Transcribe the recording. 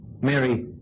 Mary